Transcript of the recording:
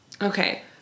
okay